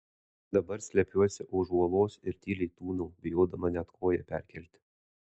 dabar slepiuosi už uolos ir tyliai tūnau bijodama net koją perkelti